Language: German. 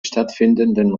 stattfindenden